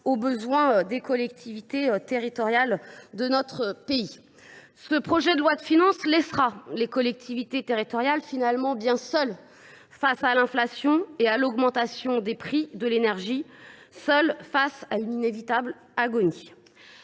aux besoins des collectivités territoriales de notre pays. Ce projet de loi de finances les laissera en effet bien seules face à l’inflation et à l’augmentation des prix de l’énergie, seules face à une inévitable agonie.